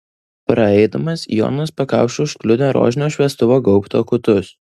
praeidamas jonas pakaušiu užkliudė rožinio šviestuvo gaubto kutus